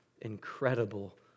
incredible